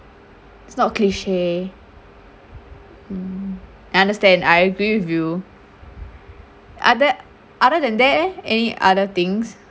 it's not cliche mm I understand I agree with you other other than that eh any other things